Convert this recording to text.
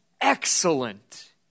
excellent